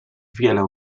wiele